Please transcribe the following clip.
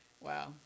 Wow